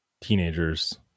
teenagers